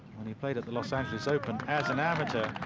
we played at the los angeles open as an amateur.